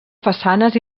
façanes